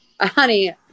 Honey